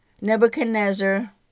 Nebuchadnezzar